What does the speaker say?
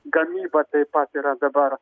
gamyba taip pat yra dabar